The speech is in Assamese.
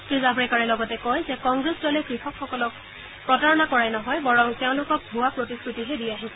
শ্ৰীজাম্ৰেকাৰে লগতে কয় যে কংগ্ৰেছ দলে কৃষকসকলক প্ৰতাৰণা কৰাই নহয় বৰং তেওঁলোকক ভুৱা প্ৰতিশ্ৰুতিহে দি আহিছে